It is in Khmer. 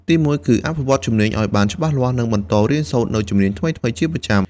ទីមួយ គឺ អភិវឌ្ឍជំនាញឱ្យបានច្បាស់លាស់ និងបន្តរៀនសូត្រនូវជំនាញថ្មីៗជាប្រចាំ។